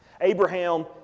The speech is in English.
Abraham